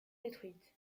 détruite